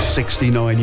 69